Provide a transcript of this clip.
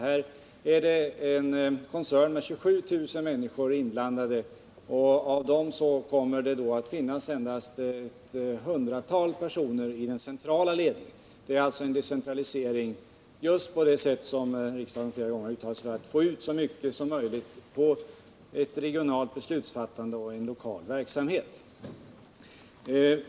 Det gäller en koncern med 27 000 människor, av vilka det endast kommer att finnas ett hundratal i den centrala ledningen. Det är alltså en decentralisering på just det sätt som riksdagen flera gånger har uttalat sig för, att man för ut så mycket som möjligt till ett regionalt beslutsfattande och en lokal verksamhet.